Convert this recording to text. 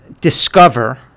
discover